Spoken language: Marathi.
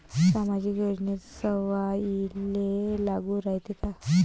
सामाजिक योजना सर्वाईले लागू रायते काय?